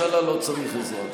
ראש הממשלה לא צריך עזרה.